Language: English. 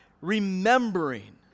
remembering